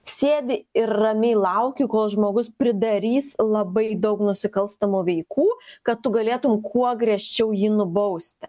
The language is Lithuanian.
sėdi ir ramiai lauki kol žmogus pridarys labai daug nusikalstamų veikų kad tu galėtum kuo griežčiau jį nubausti